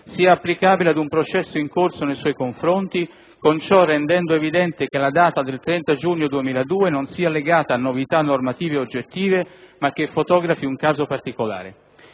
sia applicabile ad un processo in corso nei suoi confronti, con ciò rendendo evidente che la data del 30 giugno 2002 non sia legata a novità normative oggettive ma che fotografi un caso particolare.